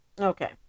Okay